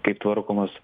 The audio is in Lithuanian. kaip tvarkomas